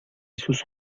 sus